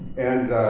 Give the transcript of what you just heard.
and